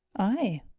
aye!